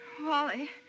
Wally